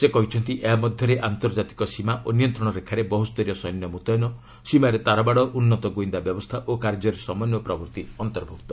ସେ କହିଛନ୍ତି ଏହା ମଧ୍ୟରେ ଆନ୍ତର୍ଜାତିକ ସୀମା ଓ ନିୟନ୍ତ୍ରଣ ରେଖାରେ ବହୁ ସ୍ତରୀୟ ସୈନ୍ୟ ମୁତୟନ ସୀମାରେ ତାରବାଡ଼ ଉନ୍ନତ ଗୁଇନ୍ଦା ବ୍ୟବସ୍ଥା ଓ କାର୍ଯ୍ୟରେ ସମନ୍ୱୟ ପ୍ରଭୂତି ଅନ୍ତର୍ଭ୍ନକ୍ତ